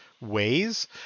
ways